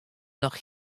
noch